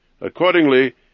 Accordingly